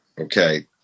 okay